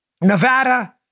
Nevada